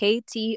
KT